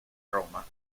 roma